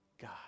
God